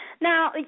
Now